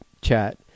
chat